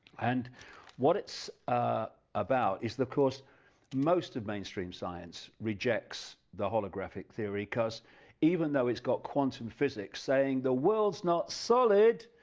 and what it's about is of course most of mainstream science rejects the holographic theory because even though it's got quantum physics saying the world is not solid,